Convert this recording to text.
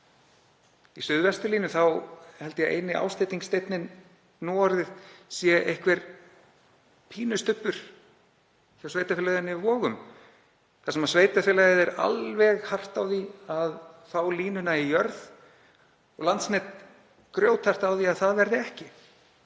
Í Suðvesturlínu held ég að eini ásteitingarsteinninn núorðið sé einhver pínustubbur hjá sveitarfélaginu Vogum þar sem sveitarfélagið er alveg hart á því að fá línuna í jörð en Landsnet er grjóthart á því að það verði ekki.